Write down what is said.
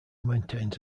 maintains